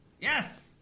Yes